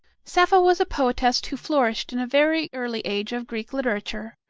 sappho was a poetess who flourished in a very early age of greek literature.